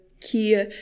key